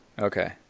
okay